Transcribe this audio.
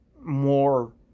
more